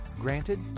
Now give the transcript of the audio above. Granted